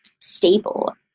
stable